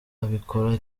akabikora